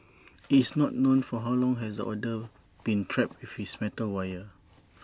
it's not known for how long has the otter been trapped with this metal wire